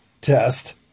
test